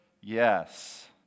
Yes